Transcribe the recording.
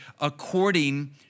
according